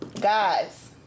Guys